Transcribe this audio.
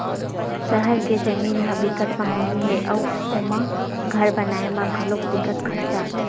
सहर के जमीन ह बिकट मंहगी हे अउ ओमा घर बनाए म घलो बिकट खरचा आथे